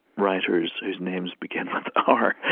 writers whose names begin with r,